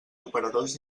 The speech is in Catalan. operadors